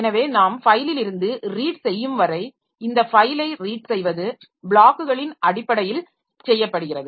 எனவே நாம் ஃபைலிலிருந்து ரீட் செய்யும்வரை இந்த ஃபைலை ரீட் செய்வது ப்ளாக்குகளின் அடிப்படையில் செய்யப்படுகிறது